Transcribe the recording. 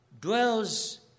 dwells